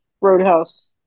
Roadhouse